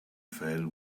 fell